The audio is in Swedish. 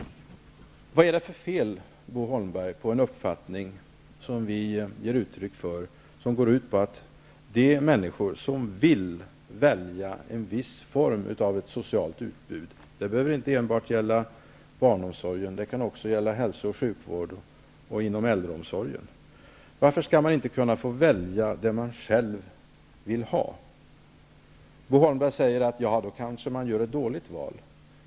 Vad är det för fel, Bo Holmberg, på den uppfattning som vi ger uttryck för och som går ut på att de människor som vill välja en viss form av ett socialt utbud -- det behöver inte gälla enbart barnomsorg; det kan gälla också hälso och sjukvård och äldreomsorg -- också skall få göra det? Varför skall man inte kunna få välja det man själv vill ha? Bo Holmberg säger att då kanske man gör ett dåligt val.